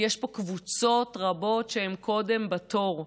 יש פה קבוצות רבות שהן קודם בתור.